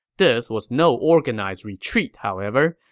this was no organized retreat, however,